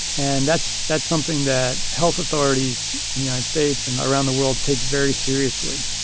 and that's that's something that health authorities in the united states and around the world take very seriously